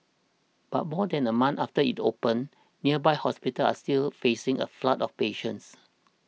but more than a month after it opened nearby hospitals are still facing a flood of patients